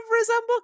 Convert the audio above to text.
resemble